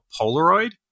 Polaroid